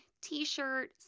t-shirt